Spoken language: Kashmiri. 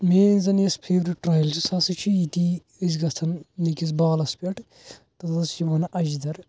میٛٲنۍ زَن یۅس فیورِٹ ٹرٛایل چھِ سۄ ہَسا چھِ ییٚتی ٲسۍ گَژھان أکِس بالَس پٮ۪ٹھ تتھ ہَسا چھِ ونان اجدَر